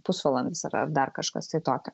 pusvalandis yra dar kažkas tai kitokio